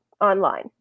online